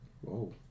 Whoa